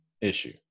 issue